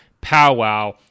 powwow